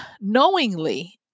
knowingly